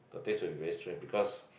the taste will be very strange because